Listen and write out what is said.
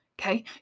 Okay